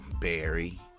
Barry